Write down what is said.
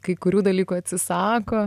kai kurių dalykų atsisako